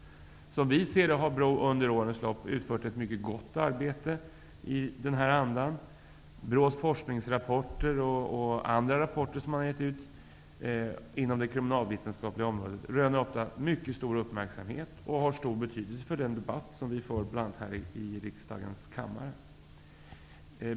Som vi ser det har BRÅ under årens lopp utfört ett mycket gott arbete i den här andan. BRÅ:s forskningsrapporter och andra rapporter som har getts ut inom det kriminalvetenskapliga området röner ofta mycket stor uppmärksamhet och har stor betydelse för den debatt som vi för bl.a. här i riksdagens kammare.